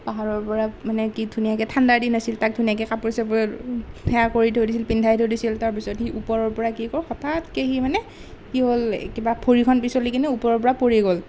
পাহাৰৰ পৰা মানে কি ধুনীয়াকৈ ঠাণ্ডাৰ দিন আছিল তাক ধুনীয়াকৈ কাপোৰ চাপোৰ পিন্ধাই কৰি থৈ দিছিল পিন্ধাই থৈ দিছিল তাৰপিছত সি ওপৰৰ পৰা কি হ'ল হঠাতকৈ সি মানে কি হ'ল কিবা ভৰিখন পিচলি কিনি ওপৰৰ পৰা পৰি গ'ল